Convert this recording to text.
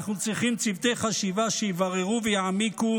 אנחנו צריכים צוותי חשיבה שיבררו ויעמיקו